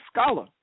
scholar